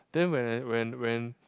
then when I when when